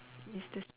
it's the same